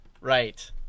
Right